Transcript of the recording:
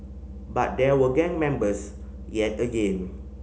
but there were gang members yet again